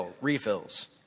refills